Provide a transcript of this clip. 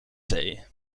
zee